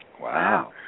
Wow